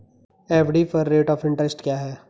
FD पर rate of interest क्या है?